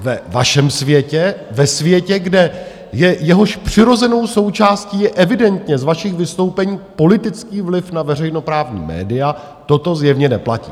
Ve vašem světě, ve světě, jehož přirozenou součástí je evidentně z vašich vystoupení politický vliv na veřejnoprávní média, toto zjevně neplatí.